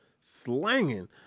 slanging